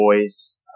boys